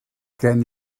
gen